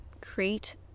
create